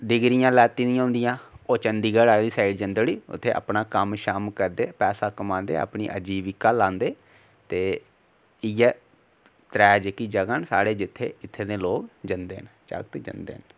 डिग्रियां लैती दियां होंदियां ओह् चंदीगढ़ आह्ली साइड जंदे उत्थै अपना कम्म शम्म करदे पैसा कमांदे अपनी अजीविका लांदे ते इयै त्रै जेह्कियां जगहां जित्थै इत्थै दे लोक जंदे न जागत जंदे न